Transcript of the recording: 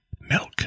milk